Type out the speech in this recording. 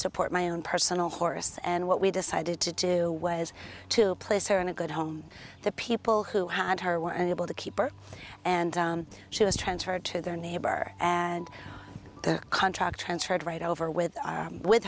support my own personal horse and what we decided to do was to place her in a good home the people who had her were able to keep her and she was transferred to their neighbor and their contract transferred right over with with